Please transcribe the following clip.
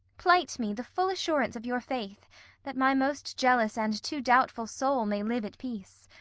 plight me the full assurance of your faith that my most jealous and too doubtful soul may live at peace.